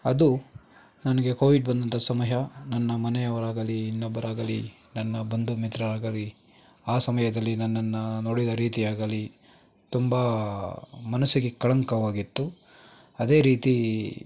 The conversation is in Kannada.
ಅದು ನನಗೆ ಕೋವಿಡ್ ಬಂದಂಥ ಸಮಯ ನನ್ನ ಮನೆಯವರಾಗಲಿ ಇನ್ನೊಬ್ಬರಾಗಲಿ ನನ್ನ ಬಂಧು ಮಿತ್ರರಾಗಲಿ ಆ ಸಮಯದಲ್ಲಿ ನನ್ನನ್ನು ನೋಡಿದ ರೀತಿಯಾಗಲಿ ತುಂಬ ಮನಸ್ಸಿಗೆ ಕಳಂಕವಾಗಿತ್ತು ಅದೇ ರೀತಿ